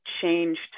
changed